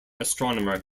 astronomer